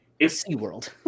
SeaWorld